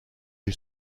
you